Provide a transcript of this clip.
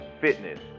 fitness